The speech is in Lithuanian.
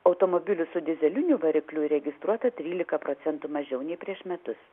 automobilių su dyzeliniu varikliu įregistruota trylika procentų mažiau nei prieš metus